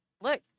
Look